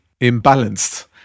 imbalanced